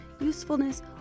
usefulness